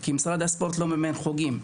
כי משרד הספורט לא מימן חוגים.